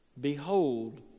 Behold